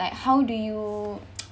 like how do you